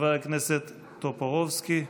חבר הכנסת טופורובסקי.